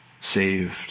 saved